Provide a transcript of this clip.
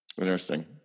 Interesting